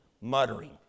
muttering